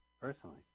personally